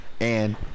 and-